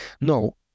no